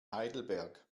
heidelberg